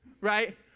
right